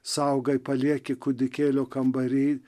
saugai palieki kūdikėlio kambary